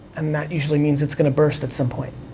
and that usually means it's gonna burst at some point.